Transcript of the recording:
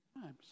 times